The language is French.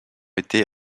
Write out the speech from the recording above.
été